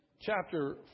chapter